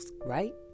right